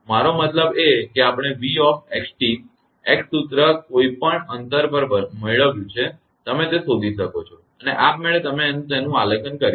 મારો મતલબ એ છે આપણે 𝑣𝑥𝑡 x સૂત્ર કોઈપણ અંતર પર મેળવ્યું છે તમે તે શોધી શકો છો અને આપમેળે તમે આનું આલેખન કરી શકો છો